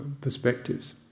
Perspectives